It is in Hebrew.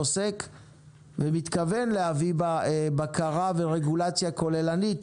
עוסק ומתכוון להביא בה בקרה ורגולציה כוללנית